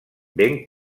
ben